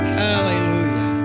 hallelujah